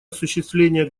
осуществление